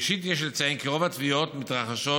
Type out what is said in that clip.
ראשית יש לציין שרוב הטביעות מתרחשות